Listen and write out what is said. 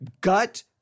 gut